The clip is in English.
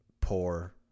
poor